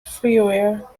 freeware